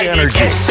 Energy